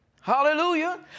Hallelujah